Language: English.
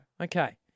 Okay